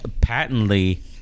patently